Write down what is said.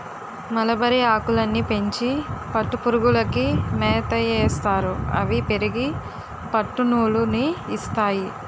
మలబరిఆకులని పెంచి పట్టుపురుగులకి మేతయేస్తారు అవి పెరిగి పట్టునూలు ని ఇస్తాయి